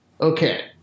okay